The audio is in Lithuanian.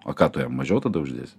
o ką tu jam mažiau tada uždėsi